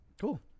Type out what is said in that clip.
Cool